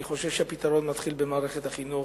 אני חושב שהפתרון מתחיל במערכת החינוך,